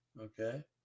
Okay